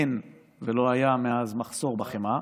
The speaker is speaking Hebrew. אין, לא היה מאז מחסור בחמאה.